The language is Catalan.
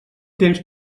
temps